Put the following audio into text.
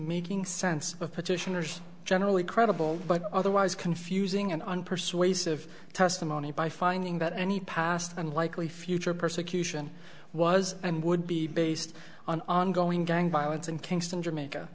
making sense of petitioners generally credible but otherwise confusing and unpersuasive testimony by finding that any past and likely future persecution was and would be based on ongoing gang violence in kingston jamaica